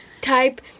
type